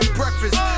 breakfast